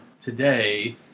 today